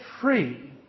free